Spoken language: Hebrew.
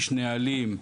יש נהלים.